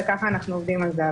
וכך אנחנו עובדים על זה.